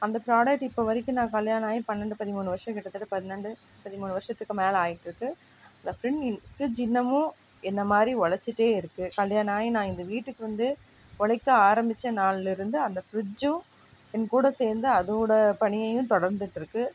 அந்த ப்ராடக்ட் இப்போ வரைக்கும் நான் கல்யாணம் ஆயி பன்னெண்டு பதிமூணு வருஷம் கிட்டத்தட்ட பன்னெண்டு பதிமூணு வருஷத்துக்கு மேலே ஆயிட்டுருக்கு அந்த ஃப்ரிட்ஜ் இன்னமும் என்ன மாதிரி உழச்சிட்டே இருக்கு கல்யாணம் ஆயி நான் இந்த வீட்டுக்கு வந்து உழைக்க ஆரம்பிச்ச நாள்ல இருந்து அந்த ஃப்ரிட்ஜ்ஜூம் என் கூட சேர்ந்து அதோட பணியையும் தொடர்ந்துகிட்டு இருக்கு